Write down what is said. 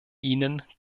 ihnen